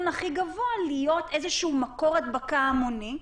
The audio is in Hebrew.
הכי גבוה להיות איזשהו מקור הדבקה המוני,